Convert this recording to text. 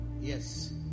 yes